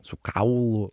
su kaulu